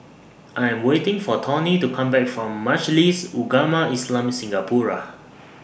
I Am waiting For Tawny to Come Back from Majlis Ugama Islam Singapura